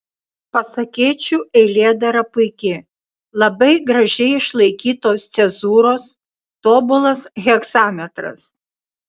pasakėčių eilėdara puiki labai gražiai išlaikytos cezūros tobulas hegzametras